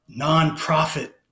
nonprofit